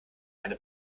eine